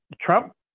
Trump